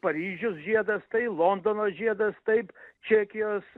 paryžius žiedas tai londono žiedas taip čekijos